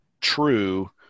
true